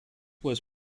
was